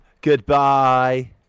goodbye